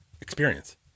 experience